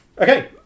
Okay